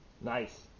Nice